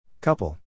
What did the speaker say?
Couple